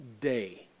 day